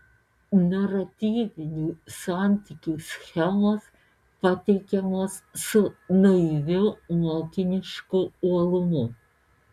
naratyvinių santykių schemos pateikiamos su naiviu mokinišku uolumu